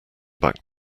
back